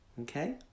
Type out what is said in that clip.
okay